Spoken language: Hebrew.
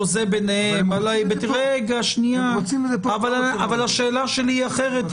חוזה ביניהם, אבל השאלה שלי היא אחרת.